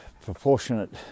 proportionate